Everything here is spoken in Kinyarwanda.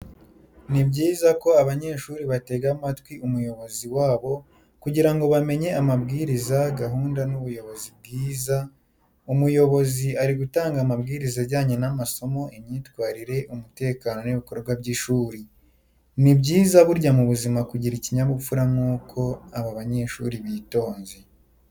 Ni byiza ko abanyeshuri batega amatwi umuyobozi wabo kugira ngo bamenye amabwiriza, gahunda, n’ubuyobozi bwiza. Umuyobozi ari gutanga amabwiriza ajyanye n’amasomo, imyitwarire, umutekano n’ibikorwa by’ishuri. Ni byiza burya mu buzima kugira ikinyabupfura nk'uko aba banyeshuri bitonze.